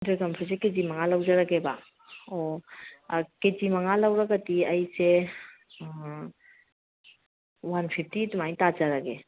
dragon ꯐ꯭ꯔꯨꯠꯁꯦ ꯀꯦ ꯖꯤ ꯃꯉꯥ ꯂꯧꯖꯔꯒꯦꯕ ꯑꯣ ꯀꯦ ꯖꯤ ꯃꯉꯥ ꯂꯧꯔꯒꯗꯤ ꯑꯩꯁꯦ ꯋꯥꯟ ꯐꯤꯞꯇꯤ ꯑꯗꯨꯃꯥꯏ ꯇꯥꯖꯔꯒꯦ